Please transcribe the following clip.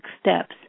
steps